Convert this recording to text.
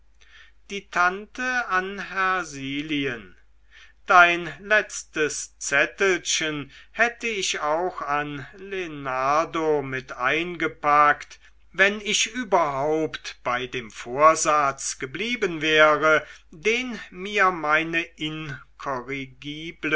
die tante an hersilien dein letztes zettelchen hätte ich auch mit an lenardo eingepackt wenn ich überhaupt bei dem vorsatz geblieben wäre den mir meine